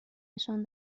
نشان